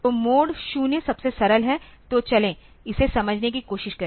तो मोड 0 सबसे सरल है तो चले इसे समझने की कोशिश करें